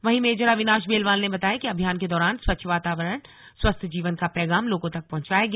वहीं मेजर अविनाश बेलवाल ने बताया कि अभियान के दौरान स्वच्छ वातावरण स्वस्थ्य जीवन का पैगाम लोगों तक पहुंचाया गया